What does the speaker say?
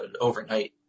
overnight